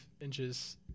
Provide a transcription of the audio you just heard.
inches